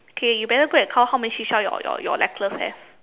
okay you better go and count how many seashells your your your necklace has